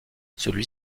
celui